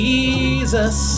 Jesus